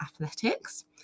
athletics